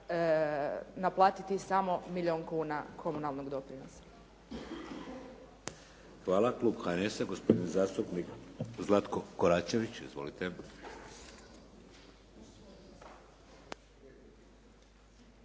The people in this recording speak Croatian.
naplatiti samo milijun kuna komunalnog doprinosa.